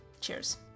Cheers